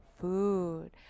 food